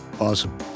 Awesome